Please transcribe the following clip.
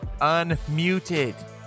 unmuted